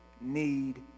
need